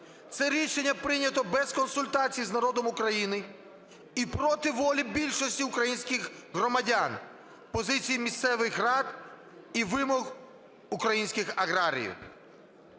Це рішення прийнято без консультацій з народом України і проти волі більшості українських громадян, позицій місцевих рад і вимог українських аграріїв.